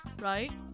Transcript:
right